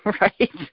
right